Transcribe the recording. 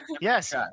Yes